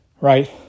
right